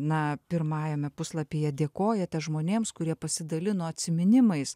na pirmajame puslapyje dėkojate žmonėms kurie pasidalino atsiminimais